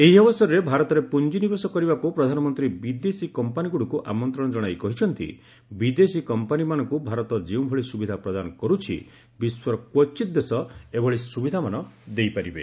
ଏହି ଅବସରରେ ଭାରତରେ ପୁଞ୍ଜିନିବେଶ କରିବାକୁ ପ୍ରଧାନମନ୍ତ୍ରୀ ବିଦେଶୀ କମ୍ପାନୀଗୁଡ଼ିକୁ ଆମନ୍ତଣ ଜଣାଇ କହିଛନ୍ତି ବିଦେଶୀ କମ୍ପାନୀମାନଙ୍କୁ ଭାରତ ଯେଉଁଭଳି ସୁବିଧା ପ୍ରଦାନ କରୁଛି ବିଶ୍ୱର କୃଚିତ୍ ଦେଶ ଏଭଳି ସ୍ୱବିଧାମାନ ଦେଇପାରିବେ